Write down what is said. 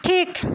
ঠিক